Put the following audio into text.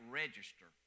register